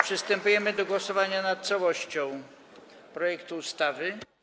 Przystępujemy do głosowania nad całością projektu ustawy.